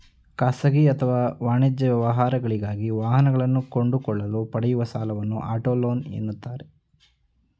ಖಾಸಗಿ ಅಥವಾ ವಾಣಿಜ್ಯ ವ್ಯವಹಾರಗಳಿಗಾಗಿ ವಾಹನಗಳನ್ನು ಕೊಂಡುಕೊಳ್ಳಲು ಪಡೆಯುವ ಸಾಲವನ್ನು ಆಟೋ ಲೋನ್ ಎನ್ನುತ್ತಾರೆ